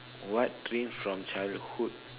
what dream from childhood